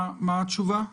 מה התשובה?